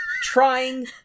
trying